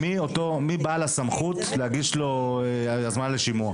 מיהו בעל הסמכות להגיש לו הזמנה לשימוע?